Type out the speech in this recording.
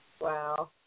Wow